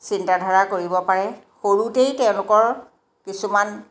চিন্তাধাৰা কৰিব পাৰে সৰুতেই তেওঁলোকৰ কিছুমান